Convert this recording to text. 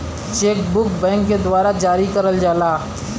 check book bank के द्वारा जारी करल जाला